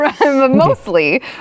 mostly